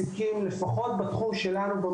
לפחות בתחום שלנו,